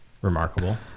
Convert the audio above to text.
remarkable